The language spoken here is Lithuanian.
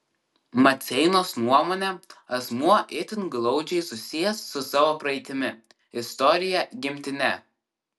maceinos nuomone asmuo itin glaudžiai susijęs su savo praeitimi istorija gimtine